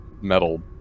metal